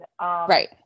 Right